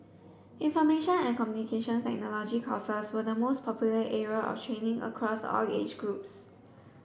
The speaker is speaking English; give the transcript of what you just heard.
information and Communications Technology courses were the most popular area of training across all age groups